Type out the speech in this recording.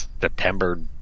September